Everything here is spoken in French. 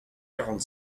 quarante